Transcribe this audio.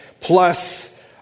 Plus